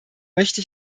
möchte